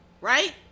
right